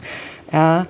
yeah